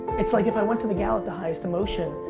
it's like if i went to the gala at the highest emotion,